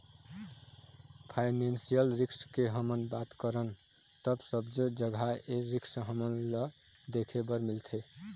financial risk के हमन बात करन ता सब्बो जघा ए रिस्क हमन ल देखे बर मिलथे